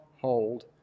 hold